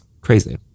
crazy